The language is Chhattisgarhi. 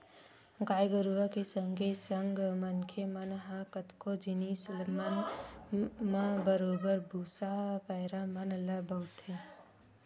गाय गरुवा के संगे संग मनखे मन ह कतको जिनिस मन म बरोबर भुसा, पैरा मन ल बउरथे